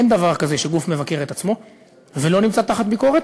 אין דבר כזה שגוף מבקר את עצמו ולא נמצא תחת ביקורת.